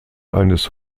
eines